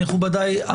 מכובדיי,